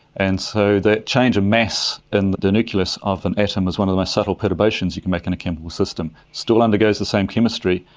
and so the change of mass in the nucleus of an atom is one of the most subtle perturbations you can make in a chemical system. it still undergoes the same chemistry,